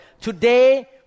today